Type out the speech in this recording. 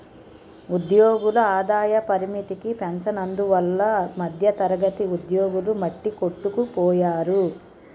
ఉద్యోగుల ఆదాయ పరిమితికి పెంచనందువల్ల మధ్యతరగతి ఉద్యోగులు మట్టికొట్టుకుపోయారు